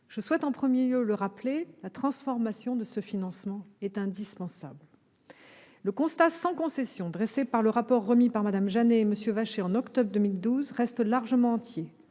Je souhaite en premier lieu le rappeler, la transformation de ce financement est indispensable. Le constat sans concession dressé dans leur rapport par Mme Jeannet et M. Vachey en octobre 2012 reste largement